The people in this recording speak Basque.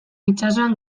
itsasoan